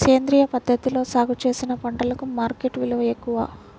సేంద్రియ పద్ధతిలో సాగు చేసిన పంటలకు మార్కెట్ విలువ ఎక్కువ